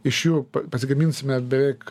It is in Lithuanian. iš jų pasigaminsime beveik